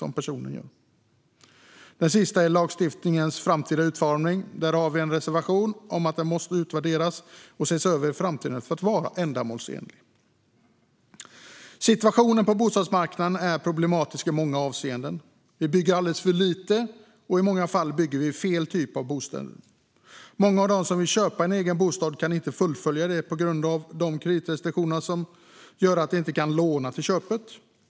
Den sista reservationen rör lagstiftningens framtida utformning, där vi har en reservation om att den måste utvärderas och i framtiden ses över för att vara ändamålsenlig. Situationen på bostadsmarknaden är problematisk i många avseenden. Vi bygger alldeles för lite, och i många fall bygger vi fel typ av bostäder. Många av dem som vill köpa en egen bostad kan inte göra det på grund av kreditrestriktionerna, som gör att de inte kan låna till köpet.